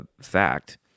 fact